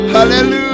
Hallelujah